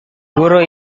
guru